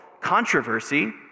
controversy